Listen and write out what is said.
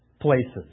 places